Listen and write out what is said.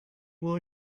will